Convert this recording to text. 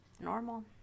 normal